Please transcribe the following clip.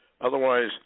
otherwise